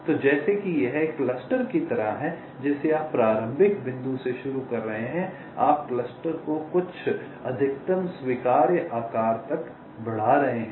तो जैसे कि यह एक क्लस्टर की तरह है जिसे आप प्रारंभिक बिंदु से शुरू कर रहे हैं आप क्लस्टर को कुछ अधिकतम स्वीकार्य आकार तक बढ़ा रहे हैं